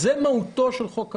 זו מהותו של חוק הלאום,